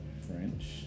French